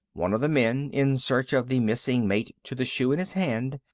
one of the men, in search of the missing mate to the shoe in his hand,